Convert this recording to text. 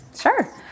Sure